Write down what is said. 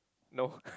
know